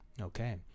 Okay